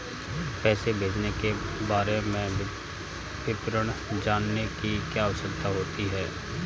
पैसे भेजने के बारे में विवरण जानने की क्या आवश्यकता होती है?